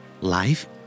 Life